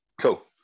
cool